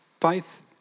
faith